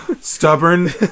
stubborn